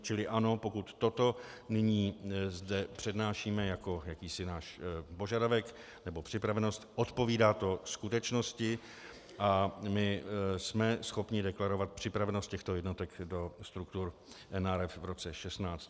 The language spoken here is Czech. Čili ano, pokud toto nyní zde přednášíme jako jakýsi náš požadavek nebo připravenost, odpovídá to skutečnosti a my jsme schopni deklarovat připravenost těchto jednotek do struktur NRF v roce 2016.